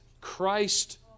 Christ